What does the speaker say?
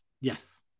yes